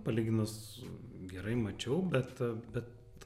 palyginus gerai mačiau bet bet